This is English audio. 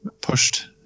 pushed